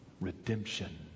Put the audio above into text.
redemption